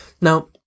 now